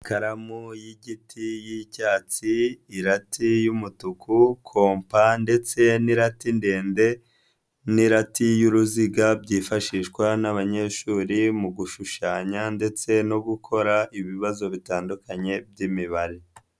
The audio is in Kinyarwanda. Ikaramu y'igiti y'icyatsi, irati y'umutuku, kompa ndetse n'irati ndende n'irati y'uruziga byifashishwa n'abanyeshuri mu gushushanya ndetse no gukora ibibazo bitandukanye by'imibare.